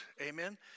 Amen